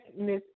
Miss